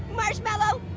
marshmallow,